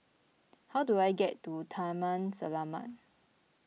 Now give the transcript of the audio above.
how do I get to Taman Selamat